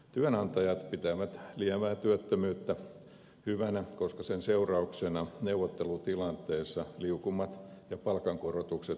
työnantajat pitävät lievää työttömyyttä hyvänä koska sen seurauksena neuvottelutilanteessa liukumat ja palkankorotukset pysyvät kohtuullisina